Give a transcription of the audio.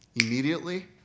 immediately